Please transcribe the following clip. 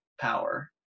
power